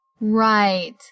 Right